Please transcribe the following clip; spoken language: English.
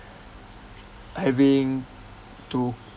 having to